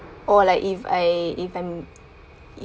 or like if I if I'm